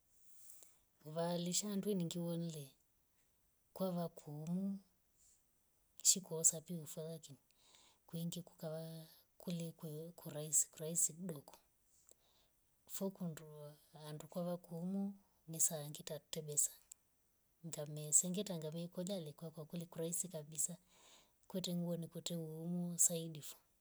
Kuvaalisha ndu nikiwole kwavakomu shiko usapi ufayaki kwingi kukawa kule kuyo kurahisi kurahisi kidoko. fukundu andu kwava kumo mesayangita akte besa. ngamesengetya ngame kulya likolo kule kurahisi kabisa ikwetwe niwa nikute uumu isahilifu.